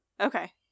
Okay